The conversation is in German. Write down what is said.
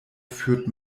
führt